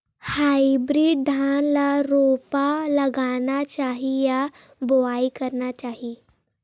Hybrid धान ल रोपा लगाना चाही या बोआई करना चाही?